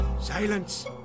Silence